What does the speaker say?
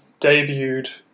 debuted